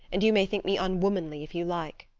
and you may think me unwomanly if you like.